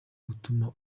gutuma